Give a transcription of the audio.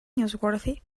newsworthy